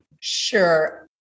Sure